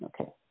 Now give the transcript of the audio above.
Okay